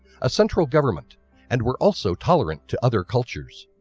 a central government and were also tolerant to other cultures.